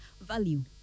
value